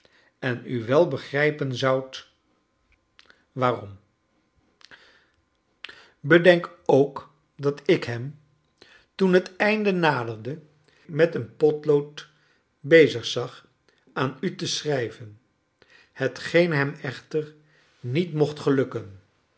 en u wel begrijpen zoudt waarkleine dobeit om bedenk ook dat ik hem toen net einde naderde met een potlood bezig zag aan u te schrijven hetgeen hem echter niet mocht gelukken